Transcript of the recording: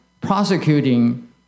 prosecuting